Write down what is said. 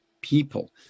people